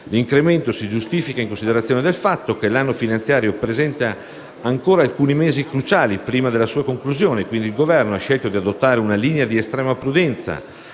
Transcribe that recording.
L'incremento si giustifica in considerazione del fatto che l'anno finanziario presenta ancora alcuni mesi cruciali prima della sua conclusione, e quindi il Governo ha scelto di adottare una linea di estrema prudenza,